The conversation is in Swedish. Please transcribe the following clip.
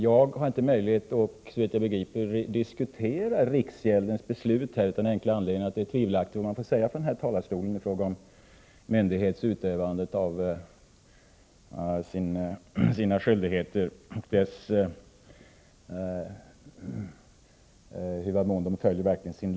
Jag har, såvitt jag förstår, ingen möjlighet att här diskutera riksgäldsfullmäktiges beslut, av den enkla anledningen att det är tvivelaktigt vad man får säga från denna talarstol i fråga om myndighets utövande av sina skyldigheter och när det gäller i vad mån den följer lagen.